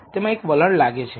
તેમાં એક વલણ લાગે છે